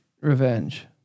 revenge